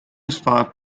spark